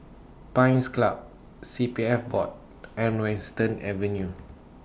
Pines Club C P F Board and Western Avenue